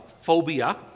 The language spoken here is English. phobia